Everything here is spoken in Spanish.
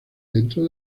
dentro